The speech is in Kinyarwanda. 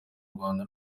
rwanda